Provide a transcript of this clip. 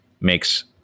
makes